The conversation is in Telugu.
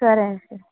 సరే అయితే